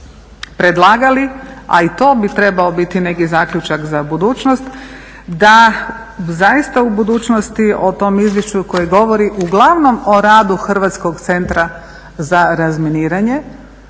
predlagali a i to bi trebao biti neki zaključak za budućnost da zaista u budućnosti o tom izvješću koje govori uglavnom o radu Hrvatskog centra za razminiranje